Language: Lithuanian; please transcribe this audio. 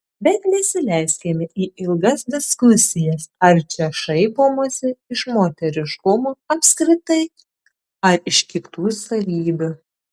bet nesileiskime į ilgas diskusijas ar čia šaipomasi iš moteriškumo apskritai ar iš kitų savybių